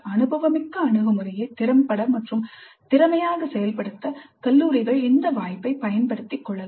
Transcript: அனுபவமிக்க அணுகுமுறையை திறம்பட மற்றும் திறமையாக செயல்படுத்த கல்லூரிகள் இந்த வாய்ப்பைப் பயன்படுத்திக் கொள்ளலாம்